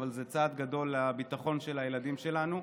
אבל זה צעד גדול לביטחון של הילדים שלנו.